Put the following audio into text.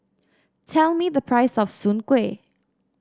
tell me the price of Soon Kuih